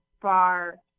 far